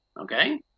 okay